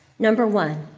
number one,